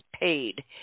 paid